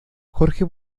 jorge